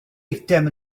eitem